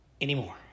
anymore